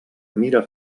mira